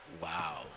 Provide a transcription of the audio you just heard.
Wow